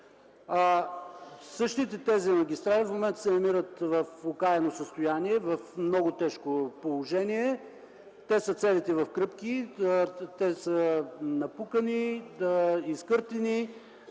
Същите тези магистрали в момента се намират в окаяно състояние, в много тежко положение. Те са целите в кръпки, напукани, изкъртени,